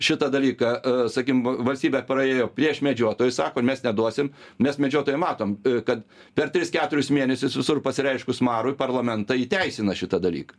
šitą dalyką sakim valstybė praėjo prieš medžiotojus sako mes neduosim mes medžiotojai matom kad per tris keturis mėnesius visur pasireiškus marui parlamentai įteisina šitą dalyką